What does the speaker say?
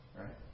Right